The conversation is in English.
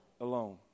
alone